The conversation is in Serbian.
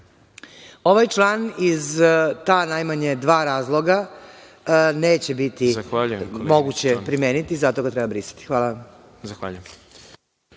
član iz ta najmanje dva razloga neće biti moguće primeniti i zato ga treba brisati.